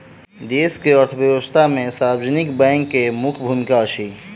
देश के अर्थव्यवस्था में सार्वजनिक बैंक के मुख्य भूमिका अछि